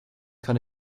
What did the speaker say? kann